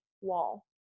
wall